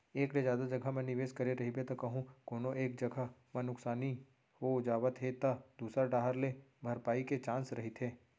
एक ले जादा जघा म निवेस करे रहिबे त कहूँ कोनो एक जगा म नुकसानी हो जावत हे त दूसर डाहर ले भरपाई के चांस रहिथे